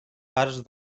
parts